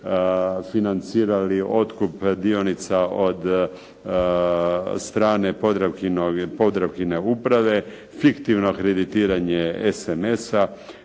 financirali otkup dionica od strane podravkine uprave, fiktivno kreditiranje SMS-a.